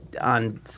on